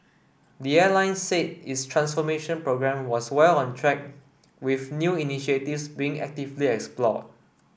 the airline said its transformation programme was well on track with new initiatives being actively explored